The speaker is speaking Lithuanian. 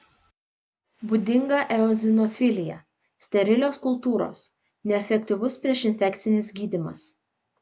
būdinga eozinofilija sterilios kultūros neefektyvus priešinfekcinis gydymas